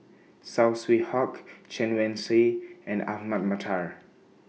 Saw Swee Hock Chen Wen Hsi and Ahmad Mattar